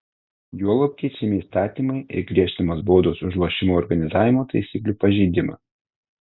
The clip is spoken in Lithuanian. juolab keičiami įstatymai ir griežtinamos baudos už lošimo organizavimo taisyklių pažeidimą